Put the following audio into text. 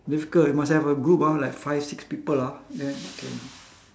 difficult you must have a group ah like five six people ah then you can